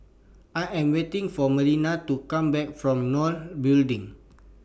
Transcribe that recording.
I Am waiting For Marlena to Come Back from NOL Building